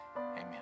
Amen